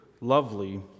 lovely